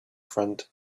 front